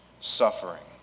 suffering